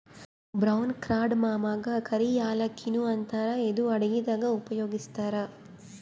brown ಕಾರ್ಡಮಮಗಾ ಕರಿ ಯಾಲಕ್ಕಿ ನು ಅಂತಾರ್ ಇದು ಅಡಗಿದಾಗ್ ಉಪಯೋಗಸ್ತಾರ್